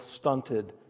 stunted